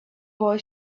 boy